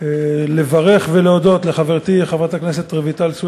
תודה לחבר הכנסת רוזנטל.